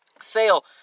sale